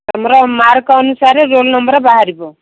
ତୁମର ମାର୍କ ଅନୁସାରେ roll number ବାହାରିବ